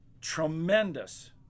tremendous